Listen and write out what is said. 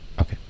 Okay